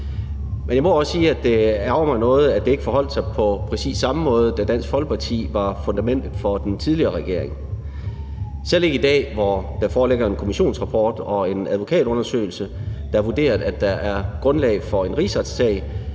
Jeg må også sige, at det ærgrer mig noget, at det ikke forholdt sig på præcis samme måde, da Dansk Folkeparti var fundamentet for den tidligere regering. Selv i dag, hvor der foreligger en kommissionsrapport og en advokatundersøgelse, der vurderer, at der er grundlag for en rigsretssag,